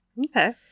Okay